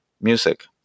Music